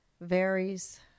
varies